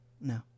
No